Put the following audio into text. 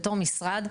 בתור משרד,